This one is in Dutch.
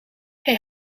hij